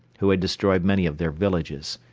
who had destroyed many of their villages.